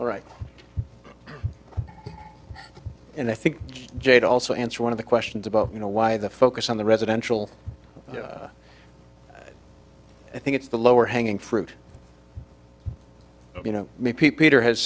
right and i think jade also answered one of the questions about you know why the focus on the residential i think it's the lower hanging fruit you know maybe peter has